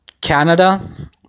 Canada